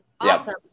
Awesome